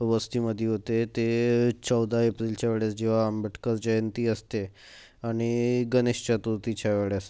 वस्तीमध्ये होते ते चौदा एप्रिलच्या वेळेस जेव्हा आंबेडकर जयंती असते आणि गणेश चतुर्थीच्या वेळेस